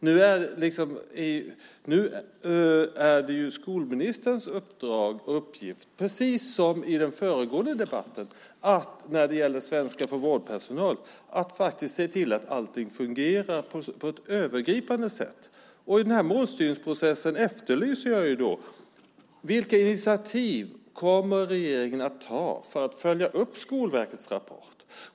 Nu är det skolministerns uppdrag och uppgift, precis som i den föregående debatten om svenska för vårdpersonal, att faktiskt se till att allting fungerar på ett övergripande sätt. I målstyrningsprocessen efterlyser jag vilka initiativ regeringen kommer att ta för att följa upp Skolverkets rapport.